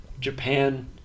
Japan